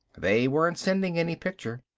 they weren't sending any picture.